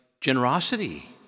generosity